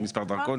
מספר דרכון.